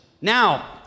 Now